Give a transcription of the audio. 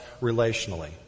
relationally